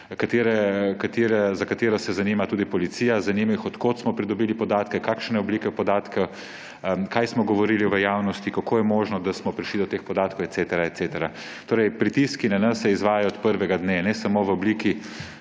za katere se zanima tudi policija. Zanima jih, od kod smo pridobili podatke, kakšne oblike podatkov, kaj smo govorili v javnosti, kako je možno, da smo prišli do teh podatkov, in tako naprej. pritiski na nas se izvajajo od prvega dne ne samo v obliki